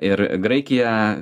ir graikija